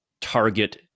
target